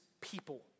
people